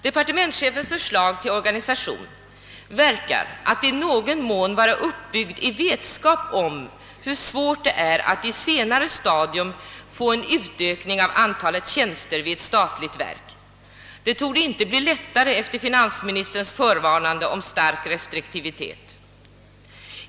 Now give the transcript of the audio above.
Departementschefens förslag till organisation verkar att i någon mån vara uppbyggt i vetskap om hur svårt det är att på ett senare stadium få en utökning av antalet tjänster vid ett statligt verk; det torde inte bli lättare efter finansministerns förvarnande om stark restriktivitet.